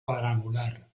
cuadrangular